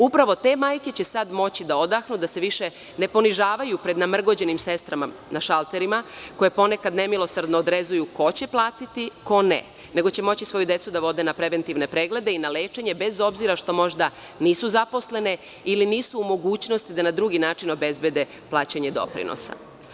Upravo te majke će sad moći da odahnu, da se više ne ponižavaju pred namrgođenim sestrama na šalterima koje ponekad nemilosrdno odrezuju ko će platiti, ko ne, nego će moći svoju decu da vode na preventivne preglede i na lečenje bez obzira što možda nisu zaposlene ili nisu u mogućnosti da na drugi način obezbede plaćanje doprinosa.